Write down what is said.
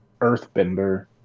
earthbender